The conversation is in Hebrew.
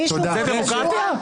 זה דמוקרטיה?